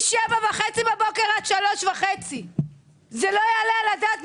אני עובדת מ-7:30 בבוקר עד 15:30. זה לא יעלה על הדעת.